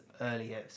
earlier